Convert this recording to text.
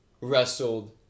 wrestled